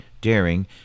Daring